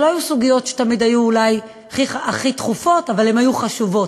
שלא היו סוגיות שהיו תמיד אולי הכי דחופות אבל הן היו חשובות,